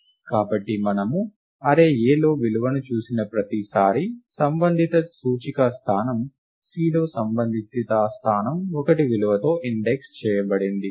కాబట్టి మనము అర్రే Aలో విలువను చూసిన ప్రతిసారీ సంబంధిత సూచిక స్థానం - C లో సంబంధిత స్థానం 1 విలువతో ఇండెక్స్ చేయబడినది